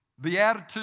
Beatitudes